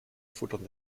futtern